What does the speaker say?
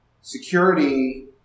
security